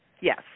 Yes